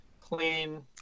clean